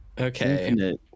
Okay